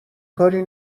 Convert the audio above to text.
کاری